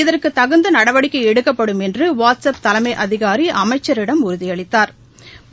இதற்கு தகுந்த நடவடிக்கை எடுக்கப்படும் என்று வாட்ஸ் அப் தலைமை அதிகாரி அமைச்சிடம் உறுதியளித்தாா்